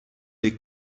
les